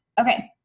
Okay